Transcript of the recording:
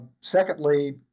secondly